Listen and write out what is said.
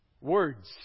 words